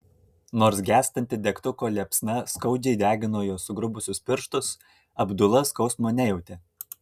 nors gęstanti degtuko liepsna skaudžiai degino jo sugrubusius pirštus abdula skausmo nejautė